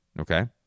okay